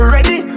Ready